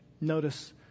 Notice